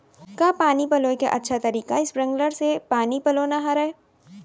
का पानी पलोय के अच्छा तरीका स्प्रिंगकलर से पानी पलोना हरय?